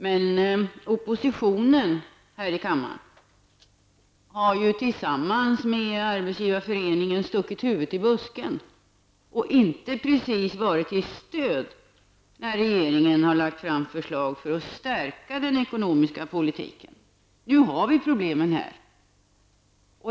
Men oppositionen här i kammaren har tillsammans med arbetsgivareföreningen stuckit huvudet i busken och inte precis varit till stöd när regeringen har lagt fram förslag för att stärka den ekonomiska politiken. Nu har vi problemen här.